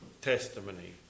testimony